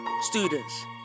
Students